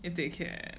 if they care